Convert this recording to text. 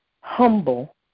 humble